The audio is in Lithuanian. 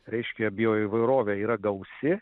reiškia bioįvairovė yra gausi